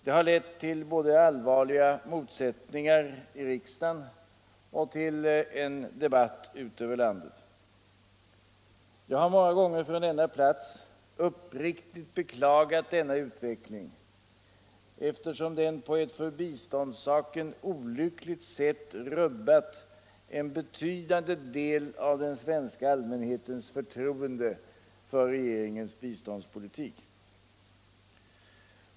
Det har lett till både allvarliga motsättningar i riksdagen och till en debatt ute i landet. Jag har många gånger från denna plats uppriktigt beklagat dessa motsättningar, eftersom de på ett för biståndssaken olyckligt sätt rubbat en betydande del av den svenska allmänhetens förtroende för regeringens biståndspolitik.